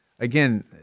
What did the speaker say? Again